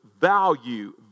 value